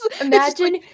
imagine